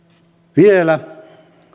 vielä